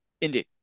Indeed